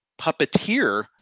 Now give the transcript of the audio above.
puppeteer